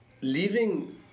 leaving